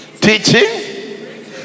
Teaching